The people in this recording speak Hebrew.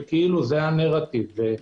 וזה הנרטיב כאילו.